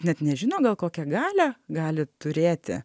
net nežino kokią galią gali turėti